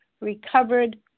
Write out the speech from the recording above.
recovered